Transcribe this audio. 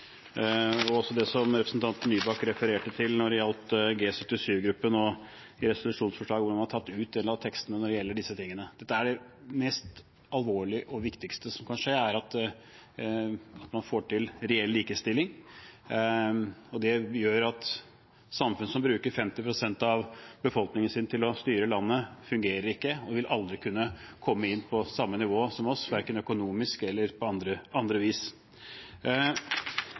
og i tillegg det representanten Nybakk refererte til når det gjaldt G77-gruppen og resolusjonsforslag hvor man har tatt ut en av tekstene når det gjelder disse tingene. Det mest alvorlige og viktigste som kan skje, er at man får til reell likestilling. Samfunn som bruker 50 pst. av befolkningen sin til å styre landet, fungerer ikke og vil aldri kunne komme på samme nivå som oss, verken økonomisk eller på andre vis.